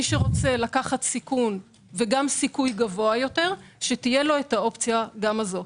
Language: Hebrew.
מי שרוצה לקחת סיכון וגם סיכוי גבוה יותר שתהיה לו גם האופציה האחרת.